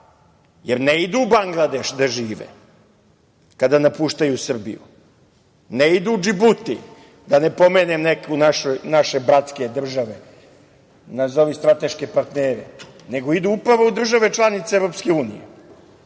jer ne idu u Bangladeš da žive kada napuštaju Srbiju, ne idu u Džibuti, da ne pomenem neke naše bratske države, nazovi strateške partnere, nego idu upravo u države članice EU da žive.